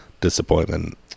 disappointment